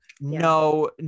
no